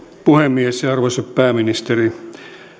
puhemies arvoisa pääministeri